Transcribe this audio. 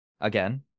again